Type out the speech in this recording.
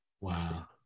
wow